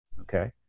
Okay